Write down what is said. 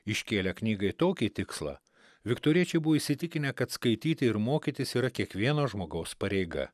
iškėlė knygą į tokį tikslą viktoriečiai buvo įsitikinę kad skaityti ir mokytis yra kiekvieno žmogaus pareiga